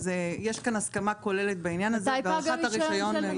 יש כאן הסכמה כוללת בעניין הזה, בהארכת הרישיון.